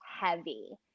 heavy